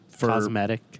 cosmetic